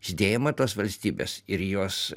žydėjimą tos valstybės ir jos